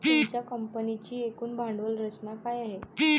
तुमच्या कंपनीची एकूण भांडवल रचना काय आहे?